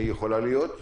היא יכולה להיות.